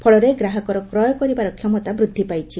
ଫଳରେ ଗ୍ରାହକର କ୍ରୟ କରିବାର କ୍ଷମତା ବୃଦ୍ଧି ପାଇଛି